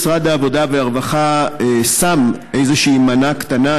משרד העבודה והרווחה שם איזושהי מנה קטנה,